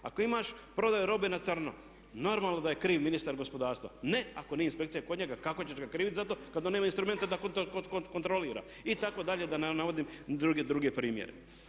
Ako imaš prodaju robe na crno, normalno da je kriv ministar gospodarstva, ne ako nije inspekcija kod njega, kako ćeš ga krivit za to kad on nema instrumente da kontrolira itd., itd. da ne navodim druge primjere.